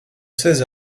seize